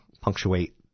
punctuate